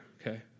okay